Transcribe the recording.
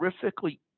terrifically